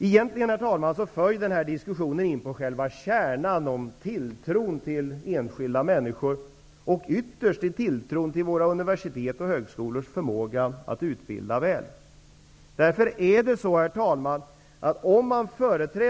Egentligen leder denna diskussion till själva kärnan: tilltron till enskilda människors möjligheter och ytterst våra universitets och högskolors förmåga att utbilda väl.